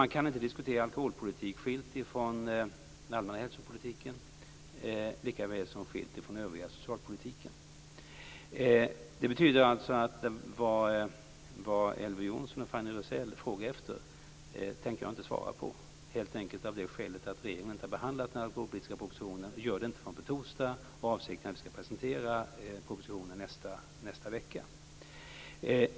Man kan ju inte diskutera alkoholpolitiken skild från den allmänna hälsopolitiken - likaväl som den inte kan diskuteras skild från den övriga socialpolitiken. Det betyder att jag inte tänker svara på Elver Jonssons och Fanny Rizells frågor; helt enkelt av det skälet att regeringen, som sagt, inte har behandlat den alkoholpolitiska propositionen och inte gör det förrän på torsdag. Avsikten är alltså att presentera propositionen nästa vecka.